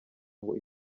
ngo